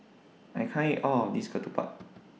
I can't eat All of This Ketupat